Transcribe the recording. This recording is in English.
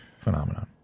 phenomenon